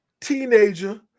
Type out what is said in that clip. teenager